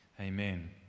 amen